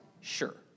Sure